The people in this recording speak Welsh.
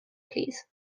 plîs